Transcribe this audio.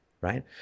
right